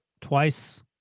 Twice